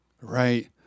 Right